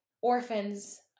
orphans